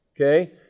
Okay